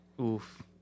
Oof